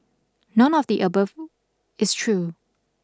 none of the above is true